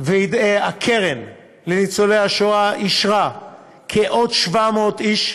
הקרן לניצולי השואה אישרה עוד כ-700 איש.